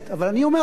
אבל אני אומר לכם,